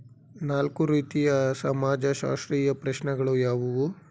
ನಾಲ್ಕು ರೀತಿಯ ಸಮಾಜಶಾಸ್ತ್ರೀಯ ಪ್ರಶ್ನೆಗಳು ಯಾವುವು?